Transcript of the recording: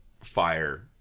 fire